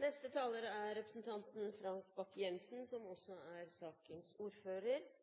Jeg må få lov til å kommentere noe av det som